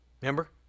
Remember